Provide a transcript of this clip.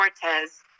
Cortez